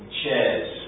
chairs